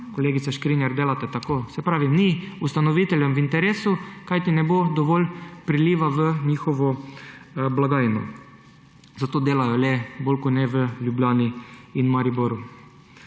kolegica Škrinjar, delate tako … se pravi, ni ustanoviteljem v interesu, ker ne bo dovolj priliva v njihovo blagajno, zato delujejo le bolj kot ne v Ljubljani in Mariboru.